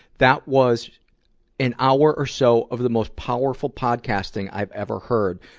that was an hour or so of the most powerful podcasting i've ever heard,